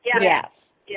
Yes